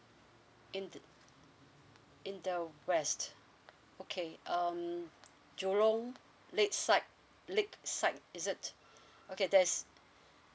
in the in the west okay um jurong lake side lake side is it okay that is